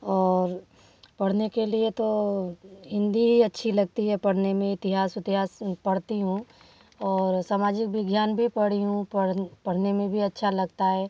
और पढ़ने के लिए तो हिंदी ही अच्छी लगती है पढ़ने में इतिहास उतिहास पढ़ती हूँ और समाजिक विज्ञान भी पढ़ी हूँ पढ़ने में भी अच्छा लगता है